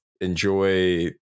enjoy